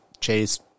Chase